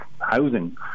housing